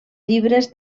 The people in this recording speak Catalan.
llibres